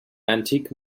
antique